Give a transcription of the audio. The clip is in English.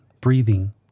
breathing